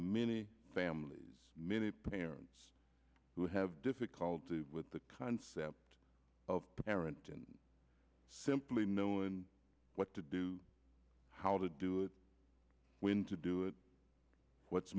many families many parents who have difficulty with the concept of parent and simply knowing what to do how to do it when to do it what's